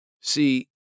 See